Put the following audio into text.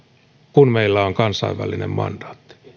kun meillä on kansainvälinen mandaatti